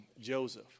joseph